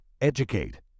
Educate